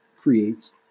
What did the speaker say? creates